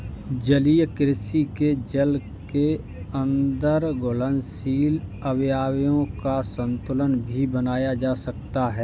जलीय कृषि से जल के अंदर घुलनशील अवयवों का संतुलन भी बनाया जा सकता है